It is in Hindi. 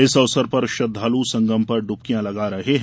इस अवसर पर श्रद्वालु संगम में डुबकियां लगा लगा रहे हैं